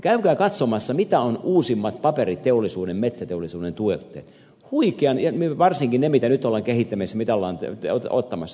käykää katsomassa mitä ovat uusimmat paperiteollisuuden metsäteollisuuden tuotteet varsinkin ne mitä nyt ollaan kehittämässä mitä ollaan ottamassa tuotantoon